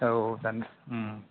औ जागोनदे